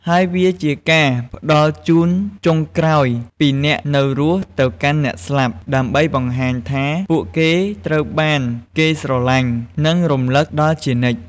ហើយវាជាការផ្តល់ជូនចុងក្រោយពីអ្នកនៅរស់ទៅកាន់អ្នកស្លាប់ ដើម្បីបង្ហាញថាពួកគេត្រូវបានគេស្រឡាញ់ និងរំលឹកដល់ជានិច្ច។